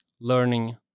learning